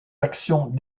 actions